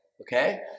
okay